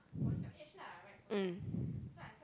mm